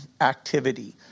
activity